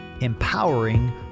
empowering